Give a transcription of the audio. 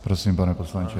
Prosím, pane poslanče.